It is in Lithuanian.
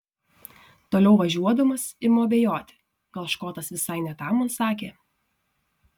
toliau važiuodamas imu abejoti gal škotas visai ne tą man sakė